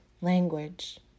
language